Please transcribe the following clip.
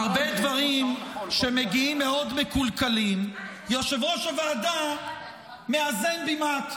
הרבה דברים שמגיעים מאוד מקולקלים היושב-ראש מאזן במעט.